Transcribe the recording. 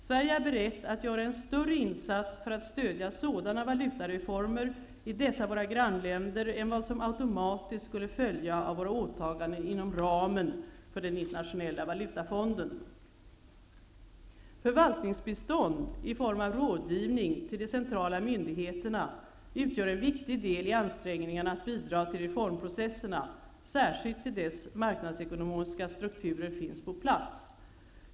Sverige är berett att göra en större insats för att stödja sådana valutareformer i dessa våra grannländer än vad som automatiskt skulle följa av våra åtaganden inom ramen för den internationella valutafonden. Förvaltningsbistånd i form av rådgivning till de centrala myndigheterna utgör en viktig del i ansträngningarna att bidra till reformprocesserna, särskilt tills dess marknadsekonomiska strukturer finns på plats.